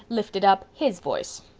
lifted up his voice.